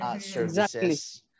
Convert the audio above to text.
services